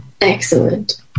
excellent